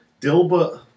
dilbert